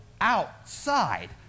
outside